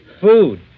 Food